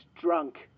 drunk